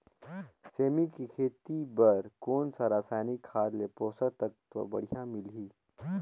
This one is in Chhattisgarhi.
सेमी के खेती बार कोन सा रसायनिक खाद ले पोषक तत्व बढ़िया मिलही?